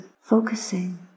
focusing